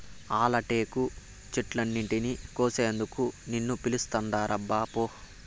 ఆల టేకు చెట్లన్నింటినీ కోసేందుకు నిన్ను పిలుస్తాండారబ్బా పో